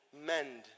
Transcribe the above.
Mend